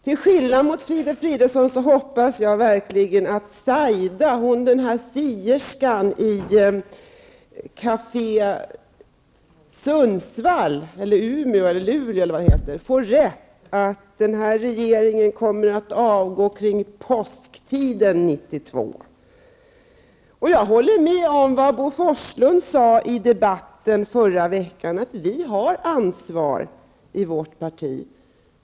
Till skillnad mot Filip Fridolfsson hoppas jag verkligen att Saida, sierskan i Café Sundsvall, Umeå, Luleå eller vad det heter, får rätt i att den här regeringen kommer att avgå kring påsktiden Jag håller med om det Bo Forslund sade i debatten förra veckan, att vi har ansvar i vårt parti.